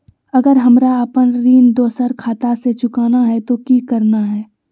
अगर हमरा अपन ऋण दोसर खाता से चुकाना है तो कि करना है?